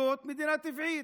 להיות מדינה טבעית.